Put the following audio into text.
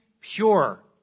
pure